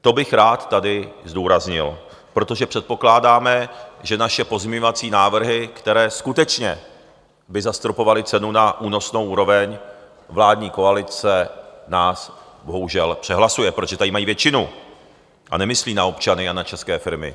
To bych rád tady zdůraznil, protože předpokládáme, že naše pozměňovací návrhy, které skutečně by zastropovaly cenu na únosnou úroveň, vládní koalice nás bohužel přehlasuje, protože tady mají většinu a nemyslí na občany a na české firmy.